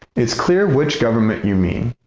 it's clear which government you mean.